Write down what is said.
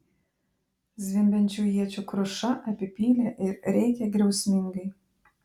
zvimbiančių iečių kruša apipylė ir rėkė griausmingai